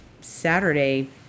Saturday